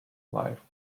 life